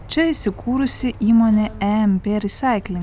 čia įsikūrusi įmonė e em pė resaikling